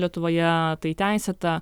lietuvoje tai įteisėta